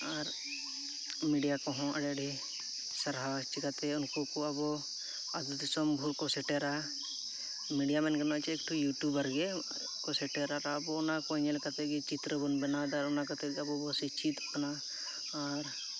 ᱟᱨ ᱢᱤᱰᱤᱭᱟᱠᱚᱦᱚᱸ ᱟᱹᱰᱤ ᱰᱷᱮᱨ ᱥᱟᱨᱦᱟᱣᱟᱭ ᱪᱤᱠᱟᱹᱛᱮ ᱩᱱᱠᱩᱠᱚ ᱟᱵᱚ ᱟᱛᱳ ᱫᱤᱥᱚᱢ ᱵᱷᱩᱨᱠᱚ ᱥᱮᱴᱮᱨᱟ ᱢᱤᱰᱤᱭᱟ ᱢᱮᱱ ᱜᱟᱱᱚᱜᱼᱟ ᱡᱮ ᱤᱭᱩᱴᱩᱵᱟᱨᱜᱮ ᱠᱚ ᱥᱮᱴᱮᱨᱟ ᱟᱨ ᱟᱵᱚ ᱚᱱᱟᱠᱚ ᱧᱮᱞ ᱠᱟᱛᱮᱫᱜᱮ ᱪᱤᱛᱛᱨᱚᱵᱚᱱ ᱵᱮᱱᱟᱣ ᱮᱫᱟ ᱚᱱᱟ ᱠᱟᱛᱮᱫᱜᱮ ᱟᱵᱚᱵᱚᱱ ᱥᱮᱪᱮᱫᱚᱜ ᱠᱟᱱᱟ ᱟᱨ